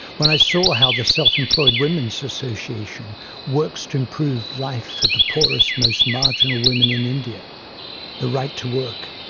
when i saw how the self employed women's association works to improve life for the poorest most marginal women in india the right to work,